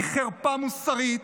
היא חרפה מוסרית.